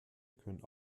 können